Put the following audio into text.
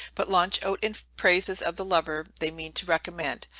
but launch out in praises of the lover they mean to recommend,